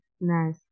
nice